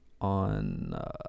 on